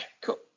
cool